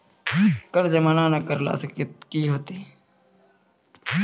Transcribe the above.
कर जमा नै करला से कि होतै?